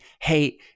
hey